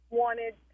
wanted